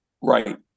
Right